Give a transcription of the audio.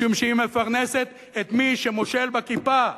משום שהיא מפרנסת את מי שמושל בכיפה.